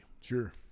sure